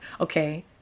okay